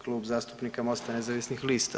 Kluba zastupnika Mosta nezavisnih lista.